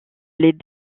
les